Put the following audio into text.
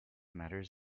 matters